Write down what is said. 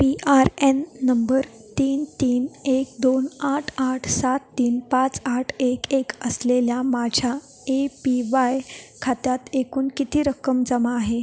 P R N number तीन तीन एक दोन आठ आठ सात तीन पाच आठ एक एक असलेल्या माझ्या ए पी वाय खात्यात एकूण किती रक्कम जमा आहे